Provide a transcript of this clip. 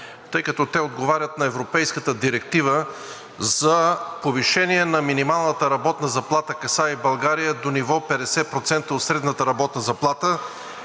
тъй като те отговорят на Европейската директива за повишение на минималната работна заплата, касае и България, до ниво 50% от средната работна заплата.